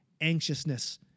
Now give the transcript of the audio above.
anxiousness